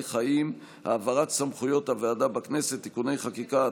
חיים (העברת סמכויות הוועדה בכנסת) (תיקוני חקיקה),